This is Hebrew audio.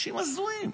אנשים הזויים.